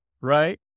right